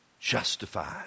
justified